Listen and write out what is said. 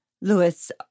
Lewis